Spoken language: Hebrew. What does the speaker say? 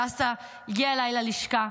לאחר הוועדה הדסה הגיעה אליי ללשכה,